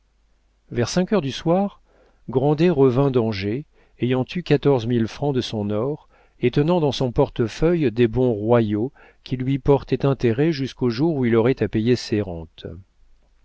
vers cinq heures du soir grandet revint d'angers ayant eu quatorze mille francs de son or et tenant dans son portefeuille des bons royaux qui lui portaient intérêt jusqu'au jour où il aurait à payer ses rentes